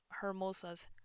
Hermosa's